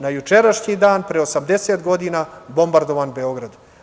Na jučerašnji dan pre 80 godina bombardovan Beograd.